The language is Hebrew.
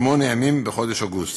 שמונה ימים בחודש אוגוסט.